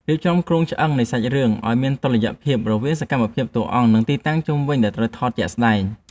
រៀបចំគ្រោងឆ្អឹងនៃសាច់រឿងឱ្យមានតុល្យភាពរវាងសកម្មភាពតួអង្គ និង ទីតាំងជុំវិញដែលត្រូវថតជាក់ស្ដែង។